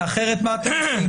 כי אחרת מה אתם יוצרים?